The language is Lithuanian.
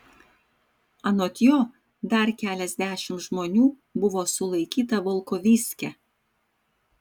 anot jo dar keliasdešimt žmonių buvo sulaikyta volkovyske